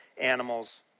animals